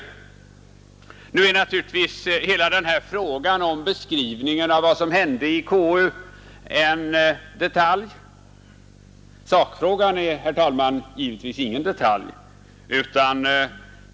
Hela beskrivningen av vad som hände i konstitutionsutskottet är naturligtvis en detalj, men sakfrågan är, herr talman, ingen detalj.